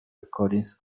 recordings